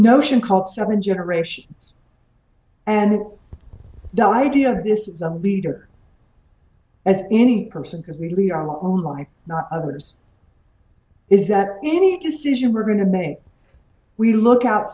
notion called seven generations and the idea of this is a leader as any person because we lead our own life not others is that any decision we're going to make we look